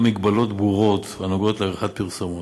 מגבלות ברורות הנוגעות בעריכת פרסומות.